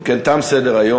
אם כן, תם סדר-היום.